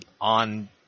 on